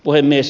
puhemies